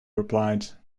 replied